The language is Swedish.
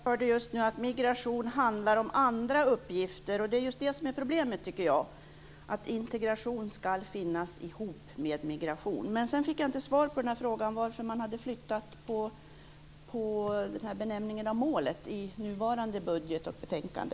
Herr talman! Vi hörde just nu att migration handlar om andra uppgifter. Det är just det som är problemet, tycker jag. Integration ska höra ihop med migration. Sedan fick jag inte svar på frågan varför man hade flyttat på den här benämningen av målet i nuvarande budget och betänkande.